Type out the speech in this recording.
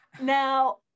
Now